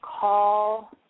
Call